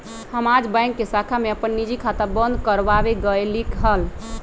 हम आज बैंक के शाखा में अपन निजी खाता बंद कर वावे गय लीक हल